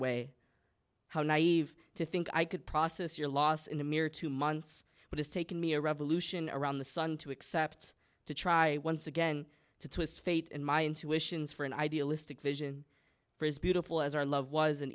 way how naive to think i could process your loss in a mere two months but it's taken me a revolution around the sun to accept to try once again to twist faith in my intuitions for an idealistic vision for as beautiful as our love was